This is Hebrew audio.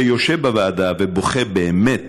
שיושב בוועדה ובוכה, באמת,